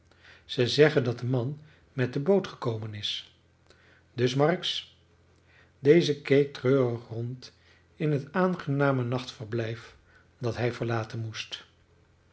zij zeggen dat de man met de boot gekomen is dus marks deze keek treurig rond in het aangename nachtverblijf dat hij verlaten moest